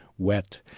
wet,